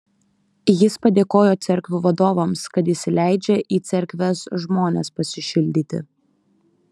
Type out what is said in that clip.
jis padėkojo cerkvių vadovams kad įsileidžia į cerkves žmones pasišildyti